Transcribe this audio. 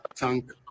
tank